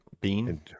Bean